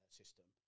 system